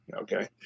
Okay